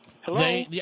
Hello